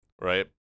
Right